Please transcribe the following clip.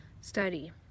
study